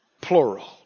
plural